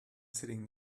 sitting